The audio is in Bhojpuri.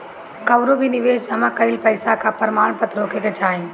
कवनो भी निवेश जमा कईल पईसा कअ प्रमाणपत्र होखे के चाही